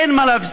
אין מה להפסיד.